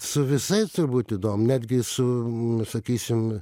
su visais turbūt įdomu netgi su sakysim